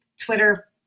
Twitter